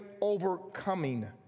overcoming